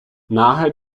nahe